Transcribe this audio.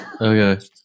Okay